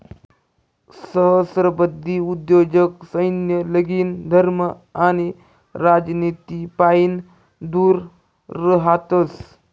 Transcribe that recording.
सहस्त्राब्दी उद्योजक सैन्य, लगीन, धर्म आणि राजनितीपाईन दूर रहातस